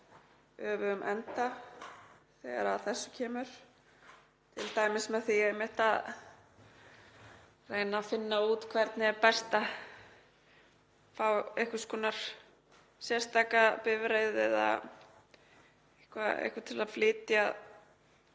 öfugum enda þegar að þessu kemur, t.d. með því að reyna að finna út hvernig best sé að fá einhvers konar sérstaka bifreið eða eitthvað til að flytja